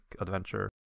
adventure